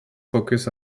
focus